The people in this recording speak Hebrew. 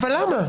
אבל למה?